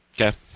Okay